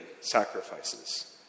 sacrifices